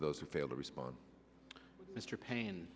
those who fail to respond mr pain